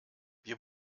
wir